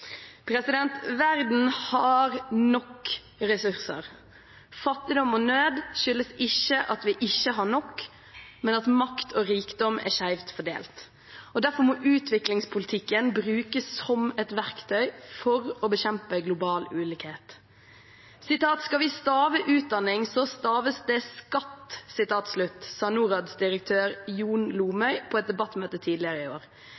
Verden har nok ressurser. Fattigdom og nød skyldes ikke at vi ikke har nok, men at makt og rikdom er skjevt fordelt. Derfor må utviklingspolitikken brukes som et verktøy for å bekjempe global ulikhet. Skal vi stave «utdanning», så staves det «skatt», sa Norads direktør Jon Lomøy på et debattmøte tidligere i år.